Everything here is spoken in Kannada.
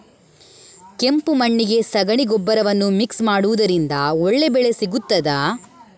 ಕೆಂಪು ಮಣ್ಣಿಗೆ ಸಗಣಿ ಗೊಬ್ಬರವನ್ನು ಮಿಕ್ಸ್ ಮಾಡುವುದರಿಂದ ಒಳ್ಳೆ ಬೆಳೆ ಸಿಗುತ್ತದಾ?